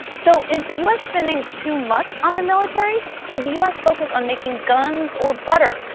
so, is the us spending too much on the military? should the us focus on making guns or butter?